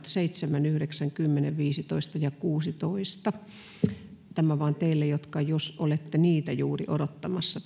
seitsemän yhdeksän kymmenen viisitoista ja kuusitoista tämä vain teille jotka ehkä olette juuri niitä odottamassa